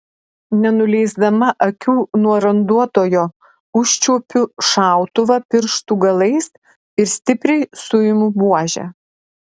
nenuleisdama akių nuo randuotojo užčiuopiu šautuvą pirštų galais ir stipriai suimu buožę